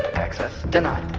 access denied.